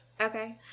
Okay